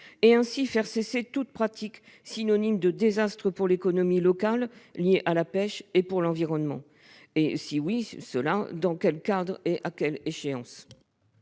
et ainsi faire cesser toute pratique synonyme de désastre pour l'économie locale liée à la pêche et pour l'environnement, et, le cas échéant, dans quel cadre et à quelle échéance.